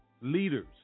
leaders